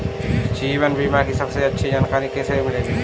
जीवन बीमा की सबसे अच्छी जानकारी कैसे मिलेगी?